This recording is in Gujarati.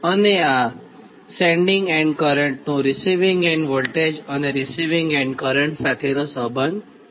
અને આ સેન્ડીંગ એન્ડ કરંટનું રીસિવીંગ એન્ડ વોલ્ટેજ અને રીસિવીંગ એન્ડ કરંટ સાથેનો સંબંધ છે